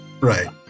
Right